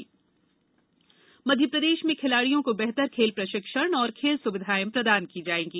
खेल अलंकरण मध्यप्रदेश में खिलाड़ियों को बेहतर खेल प्रशिक्षण और खेल सुविधाएं प्रदान की जाएंगी